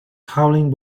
howling